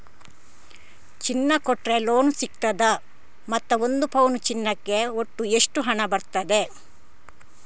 ಚಿನ್ನ ಕೊಟ್ರೆ ಲೋನ್ ಸಿಗ್ತದಾ ಮತ್ತು ಒಂದು ಪೌನು ಚಿನ್ನಕ್ಕೆ ಒಟ್ಟು ಎಷ್ಟು ಹಣ ಬರ್ತದೆ?